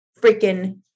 freaking